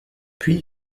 puis